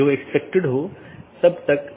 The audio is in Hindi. यह कनेक्टिविटी का तरीका है